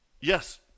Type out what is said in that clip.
Yes